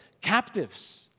captives